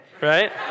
right